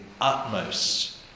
utmost